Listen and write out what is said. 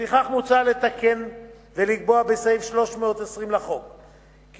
לפיכך מוצע בסעיף 2 לתקן ולקבוע בסעיף 320 לחוק כי